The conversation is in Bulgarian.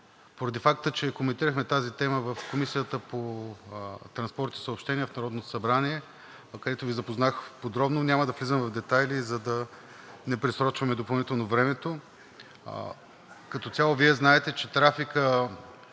поради факта, че коментирахме тази тема в Комисията по транспорт и съобщения в Народното събрание, където Ви запознах подробно, няма да навлизам в детайли, за да не просрочваме допълнително времето. Като цяло Вие знаете, че трафикът